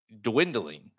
Dwindling